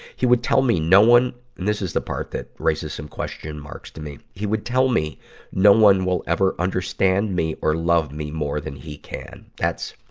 he would tell me that no one and this is the part that raises some question marks to me. he would tell me no one will ever understand me or love me more than he can. that's,